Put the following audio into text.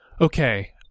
Okay